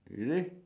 you see